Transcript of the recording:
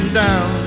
down